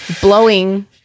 blowing